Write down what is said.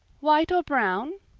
white or brown?